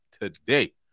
today